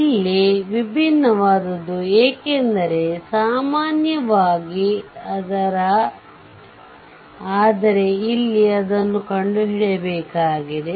ಇಲ್ಲಿ ವಿಭಿನ್ನವಾದದ್ದು ಏಕೆಂದರೆ ಸಾಮಾನ್ಯವಾಗಿ ಆದರೆ ಇಲ್ಲಿ ಅದನ್ನು ಕಂಡುಹಿಡಿಯಬೇಕಾಗಿದೆ